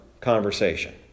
conversation